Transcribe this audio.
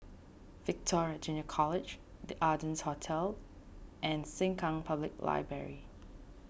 Victoria Junior College the Ardennes Hotel and Sengkang Public Library